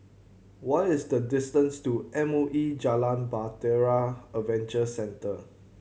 what is the distance to M O E Jalan Bahtera Adventure Centre